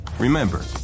Remember